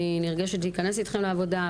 אני נרגשת להיכנס אתכם לעבודה.